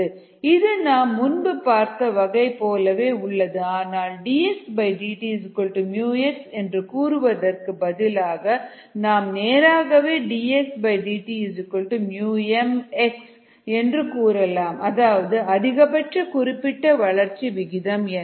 S≫KSஎன்றால் mSKsSmSSm இது நாம் முன்பு பார்த்த வகை போலவே உள்ளது ஆனால் dxdt x என்று கூறுவதற்கு பதிலாக நாம் நேராகவே dxdt mx என்று கூறலாம் அதாவது அதிகபட்ச குறிப்பிட்ட வளர்ச்சி விகிதம் என